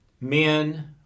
men